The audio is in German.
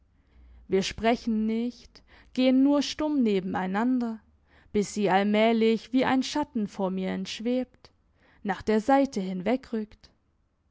wir sprechen nicht gehen nur stumm nebeneinander bis sie allmählich wie ein schatten vor mir entschwebt nach der seite